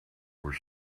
were